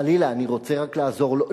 חלילה, אני רוצה רק לעזור לו.